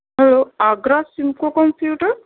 hello Agra سِمکو computer